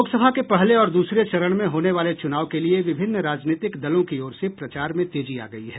लोकसभा के पहले और दूसरे चरण में होने वाले चुनाव के लिए विभिन्न राजनीतिक दलों की ओर से प्रचार में तेजी आ गयी है